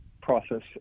process